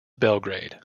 belgrade